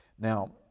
Now